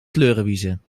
kleurenwiezen